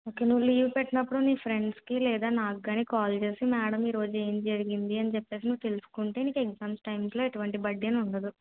okay నువ్వు leave పెట్టినపుడు నీ ఫ్రెండ్స్కి లేదా నాకు కానీ కాల్ చేసి మేడం ఈ రోజు ఏమి జరిగింది అని చెప్పి నువ్వు తెలుసుకుంటే నీకు ఎగ్జామ్స్ టైంలో ఎటువంటి బర్డెన్ ఉండదు